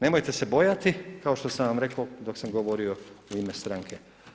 Nemojte se bojati, kao što sam vam rekao, dok sam govorio u ime stranke.